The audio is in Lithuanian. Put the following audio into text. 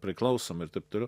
priklausom ir taip toliau